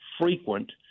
frequent